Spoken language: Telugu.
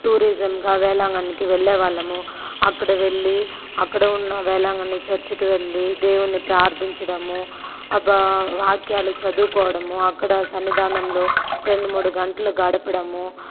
టూరిజంగా వేలాంగణికి వెళ్ళే వాళ్ళము అక్కడ వెళ్ళి అక్కడ ఉన్న వేళాంగణి చర్చికి వెళ్లి దేవున్ని ప్రార్థించడము అబ్బా వాక్యాలు చదువుకోవడము అక్కడ సన్నిధానంలో రెండు మూడు గంటలు గడపడము